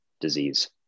disease